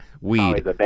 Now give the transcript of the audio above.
weed